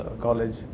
college